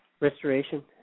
restoration